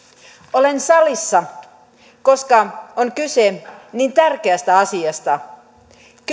olen salissa koska on kyse niin tärkeästä asiasta